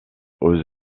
aux